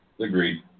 Agreed